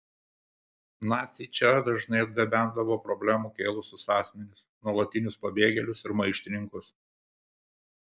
naciai čia dažnai atgabendavo problemų kėlusius asmenis nuolatinius pabėgėlius ir maištininkus